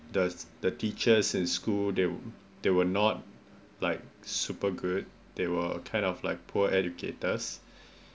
the the teachers in school they w~ they were not like super good they were kind of like poor educators